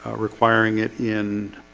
ah requiring it in